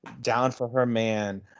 down-for-her-man